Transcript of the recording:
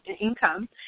income